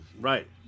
Right